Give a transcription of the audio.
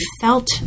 felt